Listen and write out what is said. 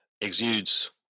exudes